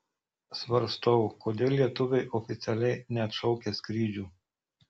svarstau kodėl lietuviai oficialiai neatšaukia skrydžių